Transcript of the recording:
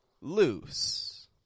loose